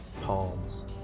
palms